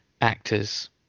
actors